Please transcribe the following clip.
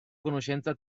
conoscenza